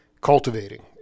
cultivating